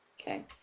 Okay